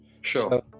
Sure